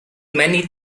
many